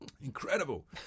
Incredible